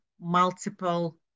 multiple